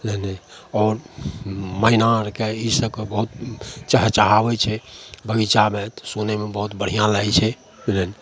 मने आओर मैना आओरके ईसबके बहुत चहचहाबै छै बगीचामे तऽ सुनैमे बहुत बढ़िआँ लागै छै मने